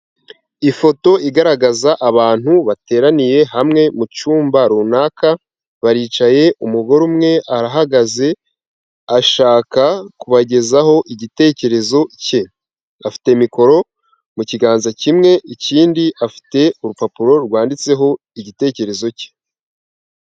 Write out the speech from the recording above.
Ifoto igaragaza abantu bateraniye hamwe mu cyumba runaka baricaye umugore umwe arahagaze ashaka kubagezaho igitekerezo cye, afite mikoro mu kiganza kimwe ikindi afite urupapuro rwanditseho igitekerezo cye.